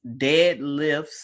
Deadlifts